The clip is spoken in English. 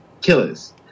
killers